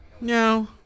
No